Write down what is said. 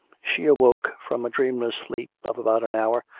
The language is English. she awoke from a dreamless sleep of about an hour,